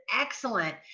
excellent